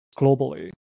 globally